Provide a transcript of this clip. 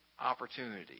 opportunity